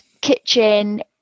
kitchen